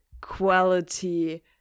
quality